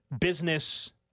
business